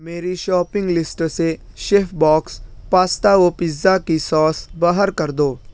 میری shopping list سے chef box pasta و پزا کی سوس باہر کر دو